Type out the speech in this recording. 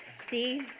See